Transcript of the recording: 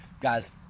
Guys